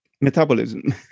metabolism